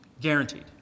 guaranteed